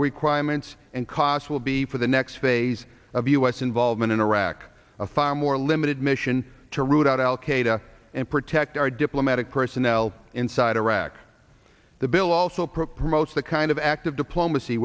requirements and costs will be for the next phase of u s involvement in iraq a far more limited mission to root out al qaeda and protect our diplomatic personnel inside iraq the bill also promotes the kind of active diplomacy